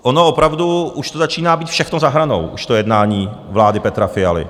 Ono opravdu už to začíná být všechno za hranou, to jednání vlády Petra Fialy.